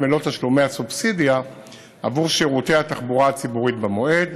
מלוא תשלומי הסובסידיה עבור שירותי התחבורה הציבורית במועד.